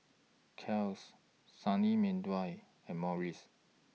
Kiehl's Sunny Meadow and Morries